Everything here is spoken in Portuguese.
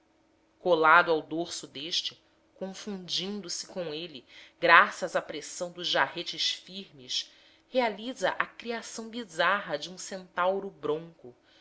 colado ao dorso deste confundindo se com ele graças à pressão dos jarretes firmes realiza a criação bizarra de um centauro bronco